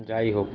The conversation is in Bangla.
যাই হোক